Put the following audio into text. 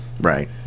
right